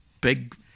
big